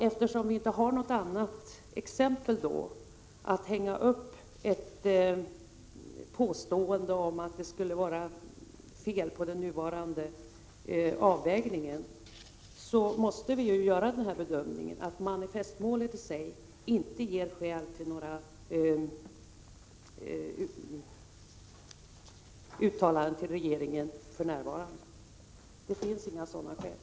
Eftersom vi inte har något annat exempel som anknyter till påståendet att det skulle vara fel på den nuvarande avvägningen, måste vi göra bedömningen att manifestmålet i sig inte för närvarande ger skäl för några uttalanden till regeringen.